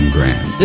Grand